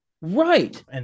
Right